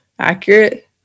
accurate